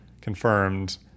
confirmed